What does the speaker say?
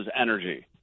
energy